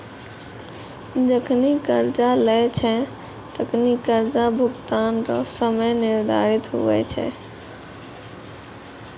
जखनि कर्जा लेय छै तखनि कर्जा भुगतान रो समय निर्धारित हुवै छै